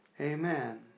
Amen